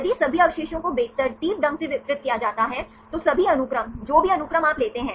यदि सभी अवशेषों को बेतरतीब ढंग से वितरित किया जाता है तो सभी अनुक्रम जो भी अनुक्रम आप लेते हैं